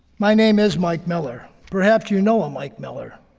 my name is mike miller. perhaps you know a mike miller,